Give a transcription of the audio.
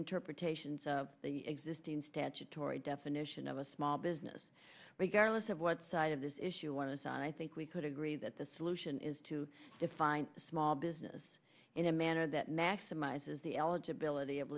interpretations of the existing statutory definition of a small business regardless of what side of this issue one aside i think we could agree that the solution is to define small business in a manner that maximizes the eligibility